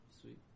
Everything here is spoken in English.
Sweet